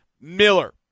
Miller